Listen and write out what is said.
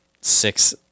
six